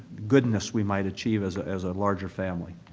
goodness we might achieve as ah as a larger family.